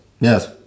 Yes